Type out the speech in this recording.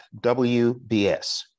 WBS